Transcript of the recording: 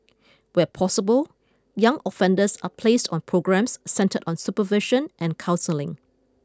where possible young offenders are placed on programmes centred on supervision and counselling